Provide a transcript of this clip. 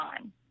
on